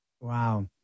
Wow